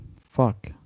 Fuck